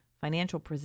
financial